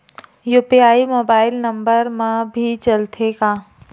UPI mobile number मा भी चलते हे का?